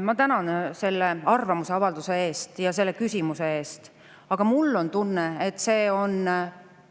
Ma tänan selle arvamusavalduse eest ja selle küsimuse eest. Aga mul on tunne, et see on